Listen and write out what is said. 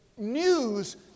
News